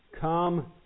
come